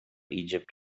egypt